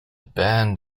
band